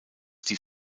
die